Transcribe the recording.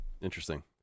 interesting